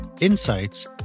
insights